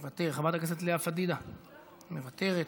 מוותר,